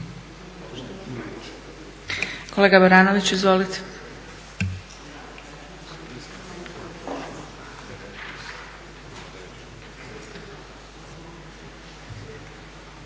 Kolega Baranović, izvolite.